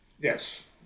yes